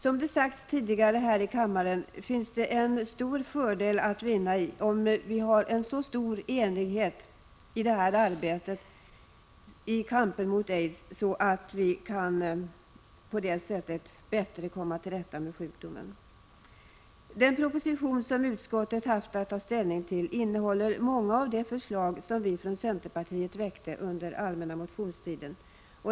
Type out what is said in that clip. Som det sagts tidigare här i kammaren finns det en stor fördel att vinna om vi kan nå enighet i kampen mot aids och i strävandena att komma till rätta med sjukdomen. Den proposition som utskottet haft att ta ställning till innehåller många av de förslag som vi från centerpartiet väckte under allmänna motionstiden.